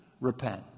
Repent